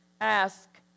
ask